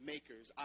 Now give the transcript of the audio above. makers